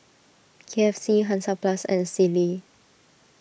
K F C Hansaplast and Sealy